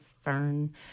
fern